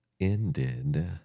ended